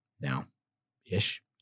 now-ish